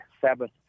Sabbath